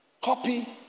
Copy